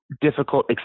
difficult